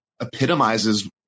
epitomizes